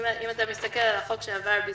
אם אתה מסתכל על החוק שעבר בזמנו,